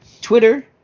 Twitter